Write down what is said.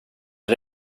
att